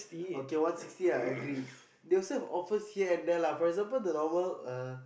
okay one sixty I agree they also have offers here and there lah for example the normal uh